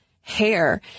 hair